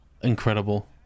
Incredible